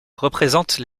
représentent